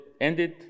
ended